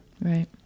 Right